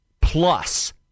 plus